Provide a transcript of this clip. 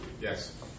Yes